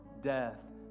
death